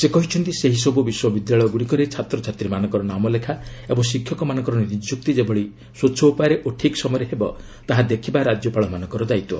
ସେ କହିଛନ୍ତି ସେହିସବୁ ବିଶ୍ୱବିଦ୍ୟାଳୟଗୁଡ଼ିକରେ ଛାତ୍ରଛାତ୍ରୀମାନଙ୍କ ନାମଲେଖା ଓ ଶିକ୍ଷକମାନଙ୍କ ନିଯୁକ୍ତି ଯେଭଳି ସ୍ୱଚ୍ଛ ଉପାୟରେ ଓ ଠିକ୍ ସମୟରେ ହେବ ତାହା ଦେଖିବା ରାଜ୍ୟପାଳମାନଙ୍କର ଦାୟିତ୍ୱ